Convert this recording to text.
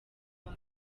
niho